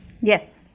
Yes